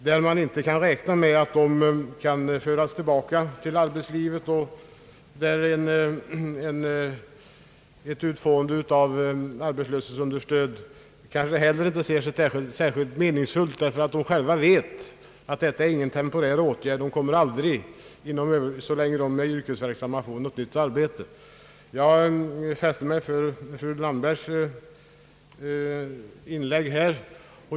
Man kan dock inte räkna med att dessa människor kan föras tillbaka till arbetslivet, och ett utfående av arbetslöshetsunderstöd ter sig kanske inte heller särskilt meningsfullt, eftersom de själva vet att det inte är någon temporär åtgärd. De kommer aldrig att få något nytt arbete under sin yrkesverksamma tid. Jag har fäst mig vid fru Landbergs inlägg.